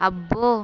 అబ్బో